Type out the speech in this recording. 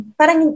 parang